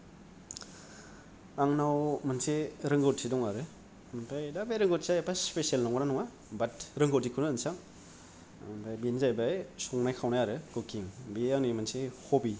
आंनाव मोनसे रोंगौथि दं आरो दा ओमफ्राय बे रोंगौथिया एफा स्पेसियेल नंगौना नङा बात रोंगौथिखौनो होनसां ओमफाय बेनो जायैबाय संनाय खावनाय आरो कुकिं बेयो आंनि मोनसे हबि